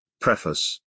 Preface